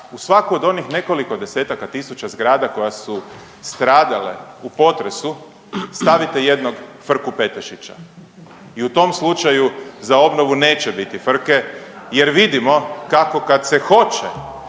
u svaku od onih nekoliko 10-taka tisuća zgrada koja su stradale u potresu stavite jednog Frku-Petešića i u tom slučaju za obnovu neće biti frke jer vidimo kako kad se hoće,